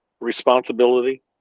responsibility